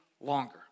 longer